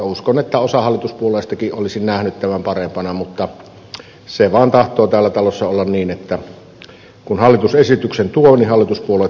uskon että osa hallituspuolueistakin olisi nähnyt tämän parempana mutta se vaan tahtoo täällä talossa olla niin että kun hallitus esityksen tuo niin hallituspuolueet tukevat sitä